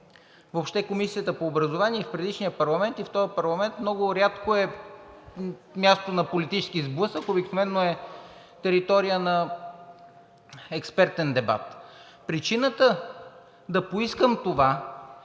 Въобще Комисията по образованието и в предишния парламент, и в този парламент много рядко е място на политически сблъсък, обикновено е територия на експертен дебат. Причината да поискам това